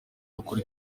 ukuri